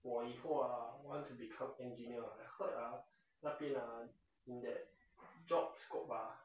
我以后啊 want to become engineer I heard ah 那边啊 in that job scope ah